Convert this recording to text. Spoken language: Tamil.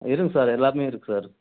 இருக்குது சார் எல்லாமே இருக்குது சார்